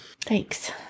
Thanks